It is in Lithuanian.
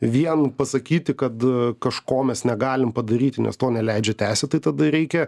vien pasakyti kad kažko mes negalim padaryti nes to neleidžia teisė tai tada reikia